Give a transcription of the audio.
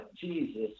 Jesus